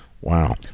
Wow